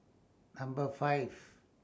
Number five